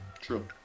true